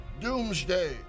doomsday